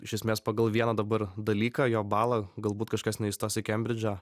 iš esmės pagal vieną dabar dalyką jo balą galbūt kažkas neįstos į kembridžą